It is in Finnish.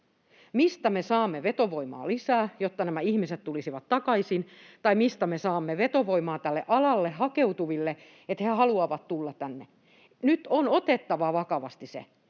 Mistä me saamme vetovoimaa lisää, jotta nämä ihmiset tulisivat takaisin, tai mistä me saamme vetovoimaa tälle alalle hakeutuville, että he haluavat tulla tänne? Nyt on otettava vakavasti se,